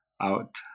out